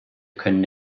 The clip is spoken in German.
können